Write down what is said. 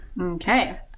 Okay